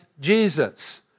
Jesus